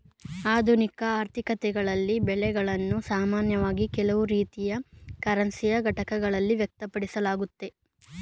ಆಧುನಿಕ ಆರ್ಥಿಕತೆಗಳಲ್ಲಿ ಬೆಲೆಗಳನ್ನು ಸಾಮಾನ್ಯವಾಗಿ ಕೆಲವು ರೀತಿಯ ಕರೆನ್ಸಿಯ ಘಟಕಗಳಲ್ಲಿ ವ್ಯಕ್ತಪಡಿಸಲಾಗುತ್ತೆ